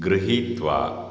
गृहीत्वा